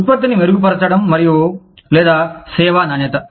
ఉత్పత్తిని మెరుగుపరచడం మరియు లేదా సేవ నాణ్యత